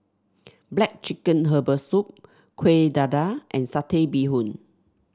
black chicken Herbal Soup Kuih Dadar and Satay Bee Hoon